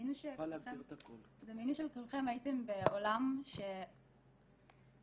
דמיינו שכולכם הייתם בעולם מלא